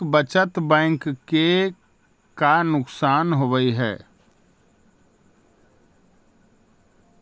पारस्परिक बचत बैंक के का नुकसान होवऽ हइ?